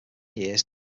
years